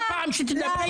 כל פעם שתדברי היא תישרף.